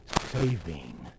saving